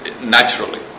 naturally